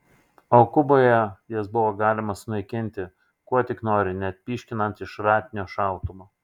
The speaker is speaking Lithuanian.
o kuboje jas buvo galima sunaikinti kuo tik nori net pyškinant iš šratinio šautuvo